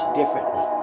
differently